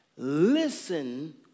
Listen